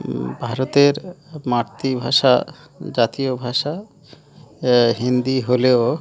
ভারতের মাতৃভাষা জাতীয় ভাষা হিন্দি হলেও